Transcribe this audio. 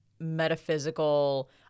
metaphysical